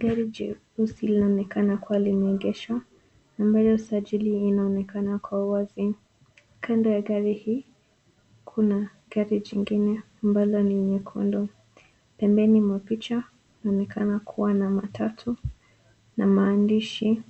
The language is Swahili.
Gari jeusi linaonekana kuwa limegeeshwa ambayo sajili inaonekana kwa wazi. Kando ya gari hii kuna gari jingine ambalo ni nyekundu. Pembeni mwa picha nanekana kuwa na matatu na maandishi